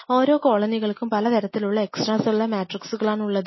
ഓരോ കോളനികൾകും പലതരത്തിലുള്ള എക്സ്ട്രാ സെല്ലുലാർ മാട്രിക്സ്കളാണ് ഉള്ളത്